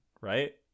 Right